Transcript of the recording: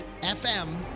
FM